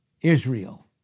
Israel